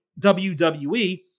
WWE